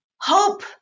Hope